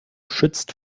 schützt